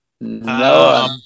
No